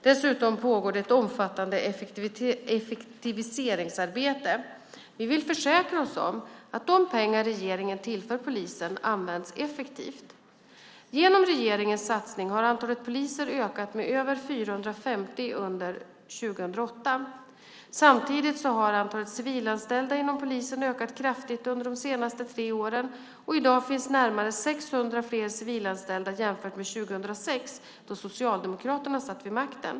Dessutom pågår det ett omfattande effektiviseringsarbete. Vi vill försäkra oss om att de pengar regeringen tillför polisen används effektivt. Genom regeringens satsning har antalet poliser ökat med över 450 under 2008. Samtidigt har antalet civilanställda inom polisen ökat kraftigt under de senaste tre åren. I dag finns det närmare 600 fler civilanställda jämfört med 2006, då Socialdemokraterna satt vid makten.